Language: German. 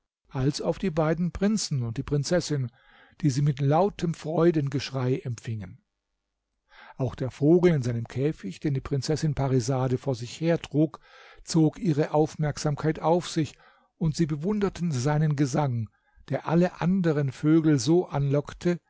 als auf die beiden prinzen und die prinzessin die sie mit lautem freudengeschrei empfingen auch der vogel in seinem käfig den die prinzessin parisade vor sich her trug zog ihre aufmerksamkeit auf sich und sie bewunderten seinen gesang der alle anderen vögel so anlockte